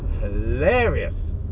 hilarious